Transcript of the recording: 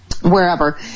wherever